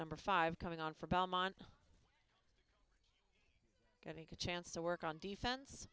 number five coming on for belmont getting a chance to work on defen